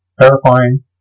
Terrifying